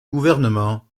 gouvernement